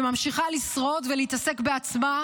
וממשיכה לשרוד ולהתעסק בעצמה,